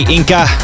Inca